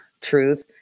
truth